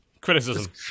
criticism